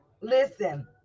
Listen